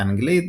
באנגלית,